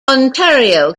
ontario